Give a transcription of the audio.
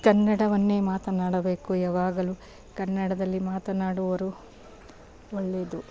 ಕನ್ನಡವನ್ನೇ ಮಾತನಾಡಬೇಕು ಯಾವಾಗಲೂ ಕನ್ನಡದಲ್ಲಿ ಮಾತನಾಡುವರು ಒಳ್ಳೆದು